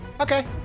Okay